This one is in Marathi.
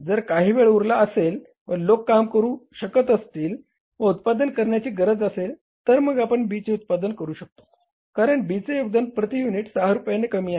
जर काही वेळ उरला असेल व लोक काम करू शकत असतील व उत्पादन करण्याची गरज असेल तर मग आपण B चे उत्पादन करू शकतो कारण B चे योगदान प्रती युनिट 6 रुपयाने कमी आहे